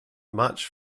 much